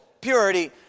purity